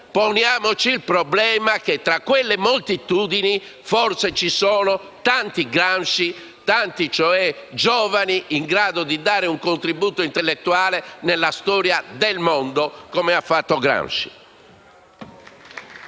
poniamoci il problema che forse, tra quelle moltitudini, ci sono tanti Gramsci, ovvero tanti giovani in grado di dare un contributo intellettuale nella storia del mondo, come ha fatto Gramsci.